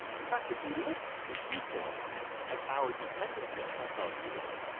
in fact, if we look in detail at our dependency on fossil fuels,